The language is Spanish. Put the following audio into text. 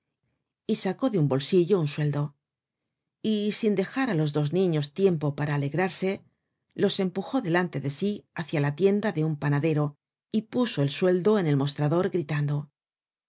y sacó de un bolsillo un sueldo y sin dejar á los dos niños tiempo para alegrarse los empujó delante de sí hácia la tienda de un panadero y puso el sueldo en el mostrador gritando